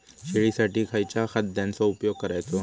शेळीसाठी खयच्या खाद्यांचो उपयोग करायचो?